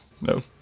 No